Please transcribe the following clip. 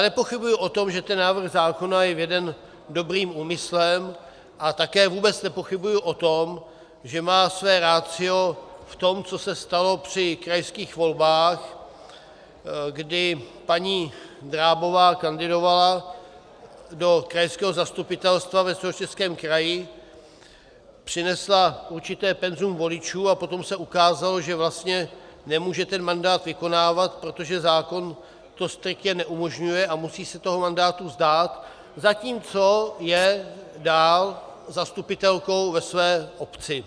Nepochybuji o tom, že ten návrh zákona je veden dobrým úmyslem, a také vůbec nepochybuji o tom, že má své ratio v tom, co se stalo při krajských volbách, kdy paní Drábová kandidovala do krajského zastupitelstva ve Středočeském kraji, přinesla určité penzum voličů, a potom se ukázalo, že vlastně nemůže ten mandát vykonávat, protože zákon to striktně neumožňuje, a musí se toho mandátu vzdát, zatímco je dál zastupitelkou ve své obci.